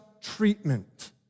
treatment